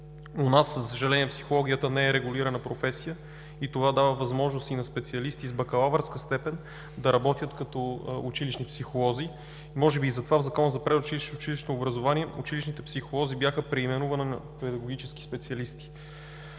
У нас, за съжаление, психологията не е регулирана професия и това дава възможност и на специалисти с бакалавърска степен да работят като училищни психолози. Може би затова в Закона за предучилищното и училищното образование училищните психолози бяха преименувани на педагогически специалисти.